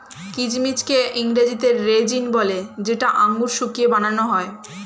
কিচমিচকে ইংরেজিতে রেজিন বলে যেটা আঙুর শুকিয়ে বানান হয়